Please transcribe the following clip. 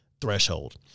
threshold